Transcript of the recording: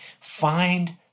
Find